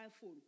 phone